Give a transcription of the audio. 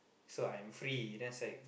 so I'm free then I was like